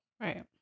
Right